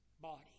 body